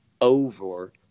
over